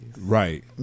Right